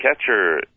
catcher